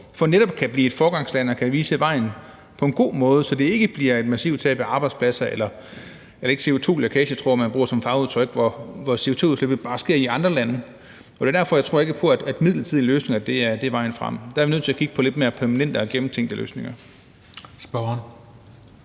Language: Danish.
vi netop kan blive et foregangsland og vise vejen på en god måde, så der ikke bliver et massivt tab af arbejdspladser, eller der ikke sker CO2-lækage, som jeg tror er det, man bruger som fagudtryk, hvor CO2-udslippet bare sker i andre lande. Og det er derfor, jeg ikke tror, at midlertidige løsninger er vejen frem. Der er vi nødt til at kigge på lidt mere permanente og gennemtænkte løsninger.